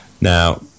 Now